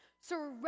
Surrender